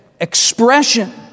expression